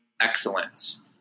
excellence